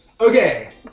Okay